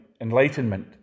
Enlightenment